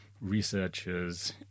researchers